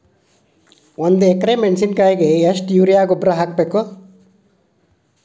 ಒಂದು ಎಕ್ರೆ ಮೆಣಸಿನಕಾಯಿಗೆ ಎಷ್ಟು ಯೂರಿಯಾ ಗೊಬ್ಬರ ಹಾಕ್ಬೇಕು?